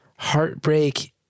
heartbreak